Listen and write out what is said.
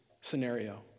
scenario